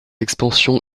expansion